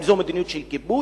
אם זו מדיניות של כיבוש,